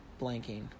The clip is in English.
blanking